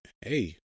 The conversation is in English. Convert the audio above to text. hey